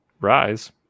rise